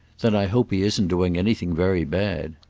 then i hope he isn't doing anything very bad.